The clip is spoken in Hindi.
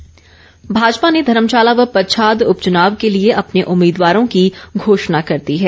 उपचुनाव भाजपा ने धर्मशाला व पच्छाद उपचुनाव के लिए अपने उम्मीदवारों की घोषणा कर दी है